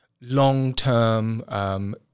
long-term